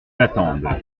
attendent